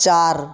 চার